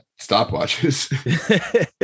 stopwatches